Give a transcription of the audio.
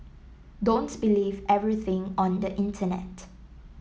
don't believe everything on the Internet